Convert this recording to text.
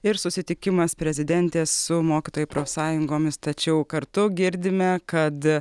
ir susitikimas prezidentė su mokytojų profsąjungomis tačiau kartu girdime kad